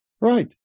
Right